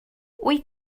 wyt